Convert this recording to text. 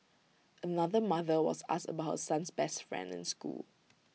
another mother was asked about her son's best friend in school